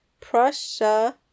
Prussia